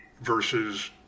versus